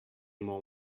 more